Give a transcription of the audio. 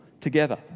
together